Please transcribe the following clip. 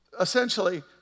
essentially